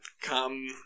come